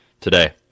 today